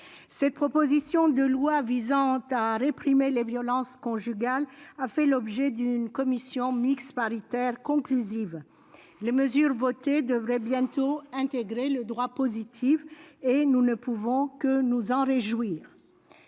cette proposition de loi visant à réprimer les violences conjugales a fait l'objet d'une commission mixte paritaire conclusive. Les mesures votées devraient bientôt intégrer le droit positif et nous ne pouvons que nous en réjouir.